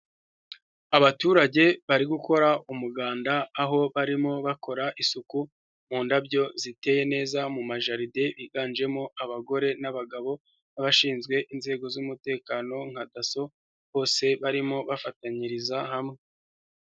Abaturage bari gukora umuganda aho barimo bakora isuku mu ndabyo ziteye neza mu majaride, biganjemo abagore n'abagabo n'abashinzwe inzego z'umutekano nka DASSO, bose barimo bafatanyiriza hamwe.